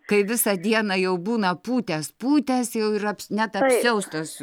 kai visą dieną jau būna pūtęs pūtęs jau ir aps net apsiaustas